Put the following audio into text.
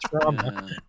trauma